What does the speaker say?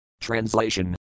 Translation